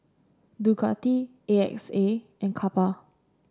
Ducati A X A and Kappa